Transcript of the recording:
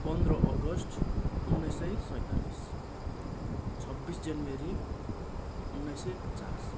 पन्ध्र अगस्त उन्नाइस सय सैँतालिस छब्बिस जनवरी उन्नाइस सय पचास